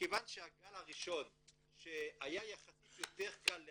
מכיוון שאת הגל הראשון היה יחסית יותר קל להביא,